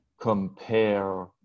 compare